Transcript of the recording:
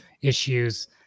issues